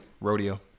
Rodeo